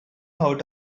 out